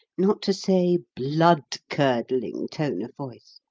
not to say blood-curdling, tone of voice,